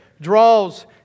draws